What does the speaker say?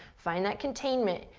find that containment,